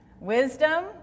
Wisdom